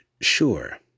Sure